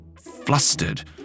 flustered